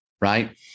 right